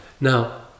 Now